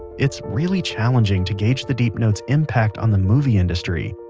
it's really challenging to gauge the deep note's impact on the movie industry.